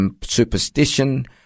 superstition